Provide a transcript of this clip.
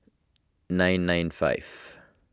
nine nine five